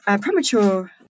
premature